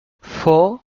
four